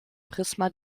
prisma